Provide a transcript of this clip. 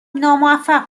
ناموفق